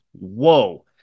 Whoa